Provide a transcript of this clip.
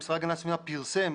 המשרד להגנת הסביבה פרסם